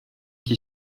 qui